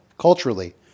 Culturally